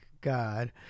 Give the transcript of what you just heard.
God